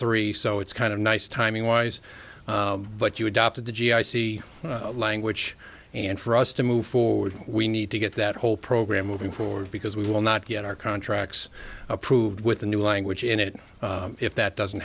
three so it's kind of nice timing wise but you adopted the g i c language and for us to move forward we need to get that whole program moving forward because we will not get our contracts approved with the new language in it if that doesn't